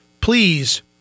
please